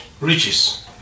riches